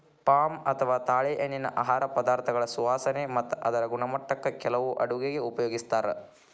palm ಅಥವಾ ತಾಳೆಎಣ್ಣಿನಾ ಆಹಾರ ಪದಾರ್ಥಗಳ ಸುವಾಸನೆ ಮತ್ತ ಅದರ ಗುಣಮಟ್ಟಕ್ಕ ಕೆಲವು ಅಡುಗೆಗ ಉಪಯೋಗಿಸ್ತಾರ